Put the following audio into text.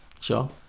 Sure